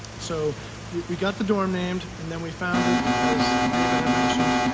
so we got the dorm named and then we founded, as david had mentioned,